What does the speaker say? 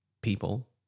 people